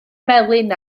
melyn